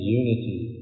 unity